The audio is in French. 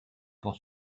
pour